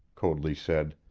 coadley said.